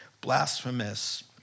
blasphemous